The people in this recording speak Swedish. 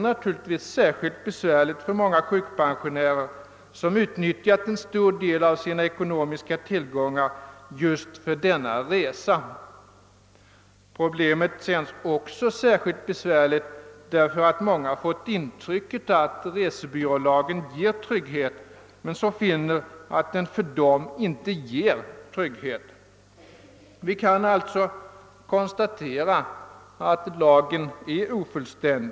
Situationen är ju särskilt besvärlig för många sjukpensionärer som utnyttjat en stor del av sina ekonomiska tillgångar just för denna resa. Många har fått intrycket att resebyrålagen ger trygghet, och då känns det extra bittert när de finner att så inte alltid är förhållandet. Vi kan alltså konstatera att lagen är ofullständig.